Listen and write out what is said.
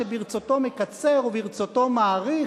שברצותו מקצר וברצותו מאריך.